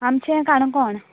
आमचें काणकोण